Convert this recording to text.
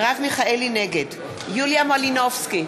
נגד יוליה מלינובסקי,